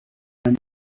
than